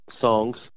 songs